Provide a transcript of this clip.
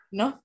no